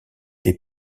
les